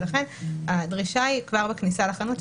לכן הדרישה היא כבר בכניסה לחנות.